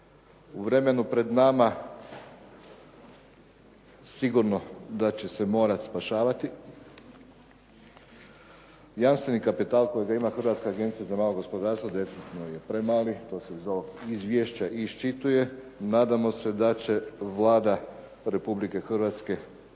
u vremenu pred nama sigurno da će se morati spašavati, jamstveni kapital kojega ima Hrvatska agencija za malo gospodarstvo definitivno je premali to se iz ovog izvješća i iščituje. Nadamo se da će Vlada Republike Hrvatske